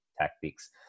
tactics